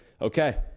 okay